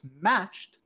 matched